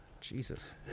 Jesus